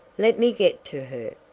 let me get to her!